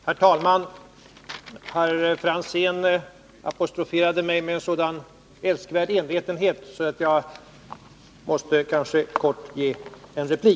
Herr talman! Herr Franzén apostroferade mig med sådan älskvärd envetenhet att jag kanske måste replikera kort.